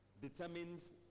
determines